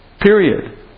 period